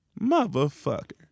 motherfucker